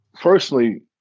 Firstly